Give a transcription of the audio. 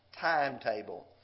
timetable